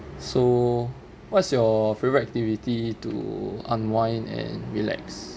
so what's your favourite activity to unwind and relax